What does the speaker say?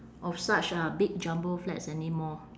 of such uh big jumbo flats anymore